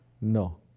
no